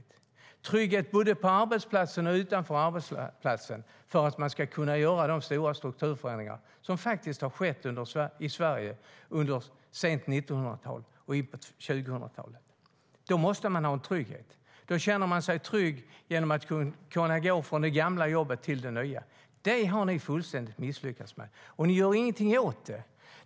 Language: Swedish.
Det behövs trygghet både på arbetsplatsen och utanför arbetsplatsen för att kunna göra de stora strukturförändringar som faktiskt har skett i Sverige under sent 1900-tal och in på 2000-talet. Då känner man sig trygg i att kunna gå från det gamla jobbet till det nya. Detta har ni fullständigt misslyckats med, och ni gör ingenting åt det.